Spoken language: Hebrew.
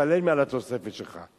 תשלם על התוספת שלך.